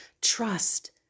trust